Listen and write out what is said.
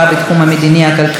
החברתי והאזרחי.